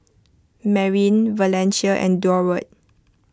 Marin Valencia and Durward